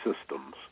systems